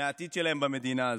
מהעתיד שלהם במדינה הזו.